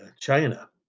China